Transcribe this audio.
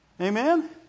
Amen